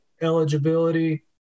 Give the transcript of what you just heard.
eligibility